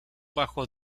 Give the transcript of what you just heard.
bajo